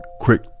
quick